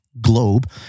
globe